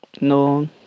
no